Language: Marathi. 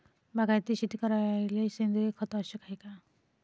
बागायती शेती करायले सेंद्रिय खत आवश्यक हाये का?